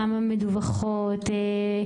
כמה מדווחות?